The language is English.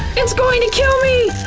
it's going to kill me!